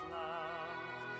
love